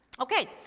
Okay